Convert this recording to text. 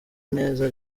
neza